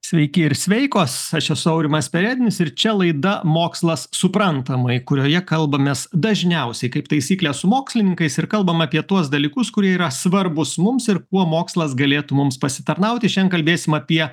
sveiki ir sveikos aš esu aurimas perednis ir čia laida mokslas suprantamai kurioje kalbamės dažniausiai kaip taisyklė su mokslininkais ir kalbame apie tuos dalykus kurie yra svarbūs mums ir kuo mokslas galėtų mums pasitarnauti šian kalbėsim apie